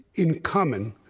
in common,